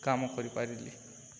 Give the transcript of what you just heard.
କାମ କରି ପାରିଲି